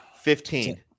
Fifteen